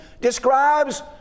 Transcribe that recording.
describes